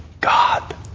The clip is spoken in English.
God